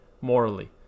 morally